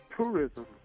Tourism